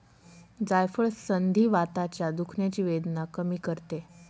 जायफळ संधिवाताच्या दुखण्याची वेदना कमी करते